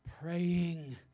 praying